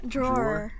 Drawer